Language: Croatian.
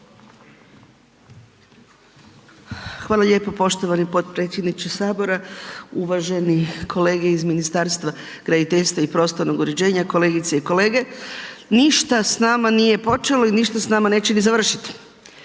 Hvala lijepo poštovani potpredsjedniče Sabora. Uvaženi kolege iz Ministarstva graditeljstva i prostornog u ređenja, kolegice i kolege. Ništa s nama nije počelo i ništa s nama neće ni završiti.